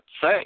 say